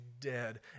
dead